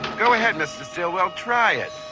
go ahead, mr. stillwell. try it.